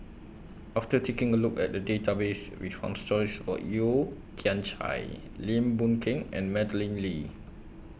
after taking A Look At The Database We found stories of Yeo Kian Chye Lim Boon Keng and Madeleine Lee